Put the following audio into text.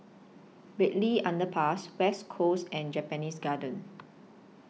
Bartley Underpass West Coast and Japanese Garden